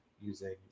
using